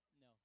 No